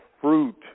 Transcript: fruit